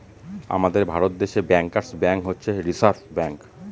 আমাদের ভারত দেশে bankers bank হচ্ছে রিসার্ভ ব্যাঙ্ক